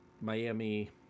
Miami